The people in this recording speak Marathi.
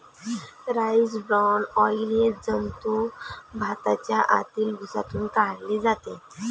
राईस ब्रान ऑइल हे जंतू आणि भाताच्या आतील भुसातून काढले जाते